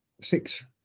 six